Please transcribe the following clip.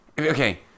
Okay